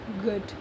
good